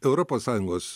europos sąjungos